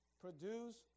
produce